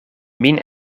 min